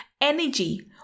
energy